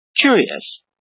curious